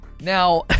now